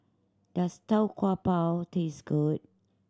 does Tau Kwa Pau taste good